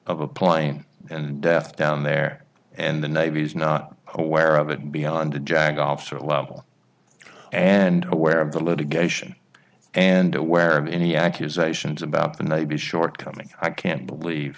a plane and death down there and the navy's not aware of it beyond the jag officer level and aware of the litigation and aware of any accusations about the nabi shortcoming i can't believe